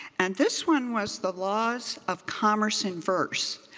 and this one was the laws of commerce in verse.